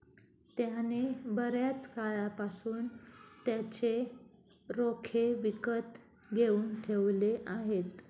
त्याने बर्याच काळापासून त्याचे रोखे विकत घेऊन ठेवले आहेत